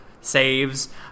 saves